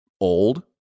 old